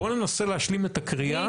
בואו ננסה להשלים את הקריאה.